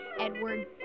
Edward